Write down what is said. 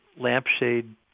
lampshade